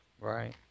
right